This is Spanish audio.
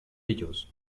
ellos